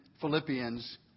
Philippians